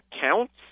counts